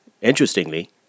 interestingly